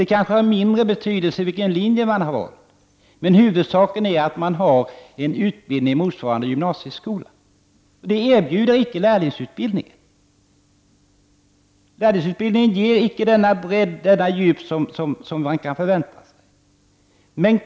Det kan kanske ha mindre betydelse vilken linje den sökande har gått på. Men huvudsaken är att den sökande har en utbildning som motsvarar gymnasieskolan. Det erbjuder icke lärlingsutbildningen. Lärlingsutbildningen ger icke denna bredd och detta djup som man kan förvänta sig.